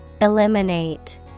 Eliminate